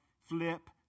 Flip